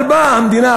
אבל באה המדינה,